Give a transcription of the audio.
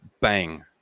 bang